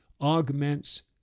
augments